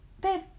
Babe